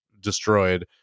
destroyed